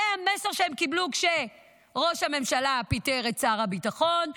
זה המסר שהם קיבלו כשראש הממשלה פיטר את שר הביטחון,